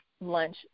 lunch